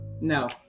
No